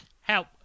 Help